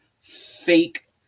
fake